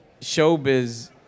showbiz